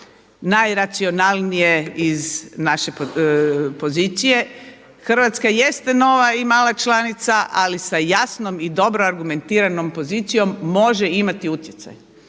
najracionalnije iz naše pozicije. Hrvatska jeste nova i mala članica ali sa jasnom i dobro argumentiranom pozicijom može imati utjecaj.